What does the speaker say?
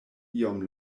iom